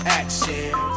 action